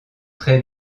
très